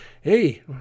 hey